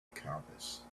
compass